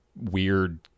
weird